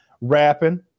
Rapping